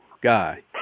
guy